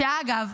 שאגב,